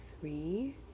three